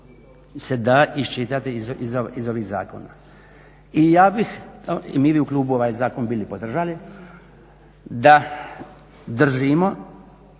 se da iščitati iz ovih zakona. I ja bih, i mi bi u klubu ovaj zakon bili podržali da držimo